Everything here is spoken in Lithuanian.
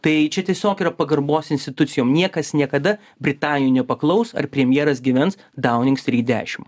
tai čia tiesiog yra pagarbos institucijom niekas niekada britanijo nepaklaus ar premjeras gyvens dauning stryt dešim